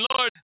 Lord